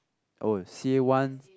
oh c_a-one